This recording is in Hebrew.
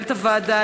מנהלת הוועדה,